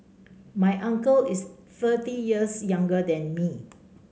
my uncle is thirty years younger than me